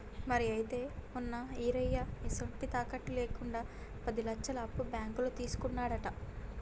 మరి అయితే మొన్న ఈరయ్య ఎసొంటి తాకట్టు లేకుండా పది లచ్చలు అప్పు బాంకులో తీసుకున్నాడట